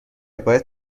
باید